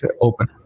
open